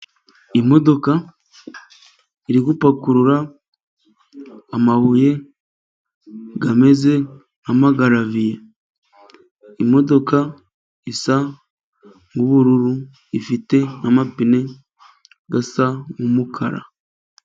Imodoka iri gupakurura amabuye ameza nk'amagaraviye; imodoka isa n'ubururu ifite n'amapine asa n'umukara.